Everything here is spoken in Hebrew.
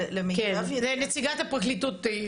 כן, נציגת הפרקליטות.